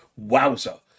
Wowza